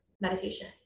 meditation